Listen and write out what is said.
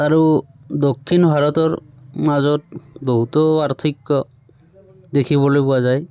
আৰু দক্ষিণ ভাৰতৰ মাজত বহুতো পাৰ্থক্য দেখিবলৈ পোৱা যায়